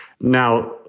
Now